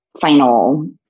final